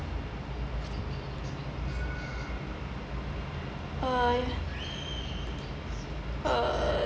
uh uh